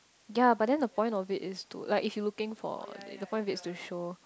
ya but then the point of it is to like if you looking for the point is to show